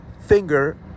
finger